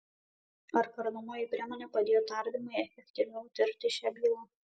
ar kardomoji priemonė padėjo tardymui efektyviau tirti šią bylą